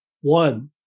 One